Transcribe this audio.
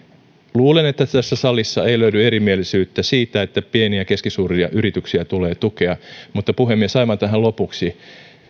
luulen että tässä salissa ei löydy erimielisyyttä siitä että pieniä ja keskisuuria yrityksiä tulee tukea mutta puhemies aivan tähän lopuksi